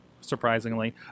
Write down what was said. surprisingly